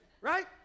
right